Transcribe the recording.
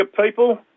people